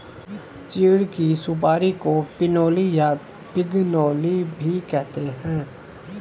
चीड़ की सुपारी को पिनोली या पिगनोली भी कहते हैं